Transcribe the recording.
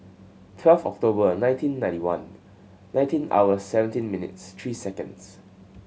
twelve October nineteen ninety one nineteen hour seventeen minutes three seconds